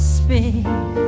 speak